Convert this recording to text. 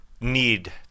need